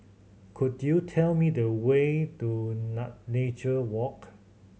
could you tell me the way to Nature Walk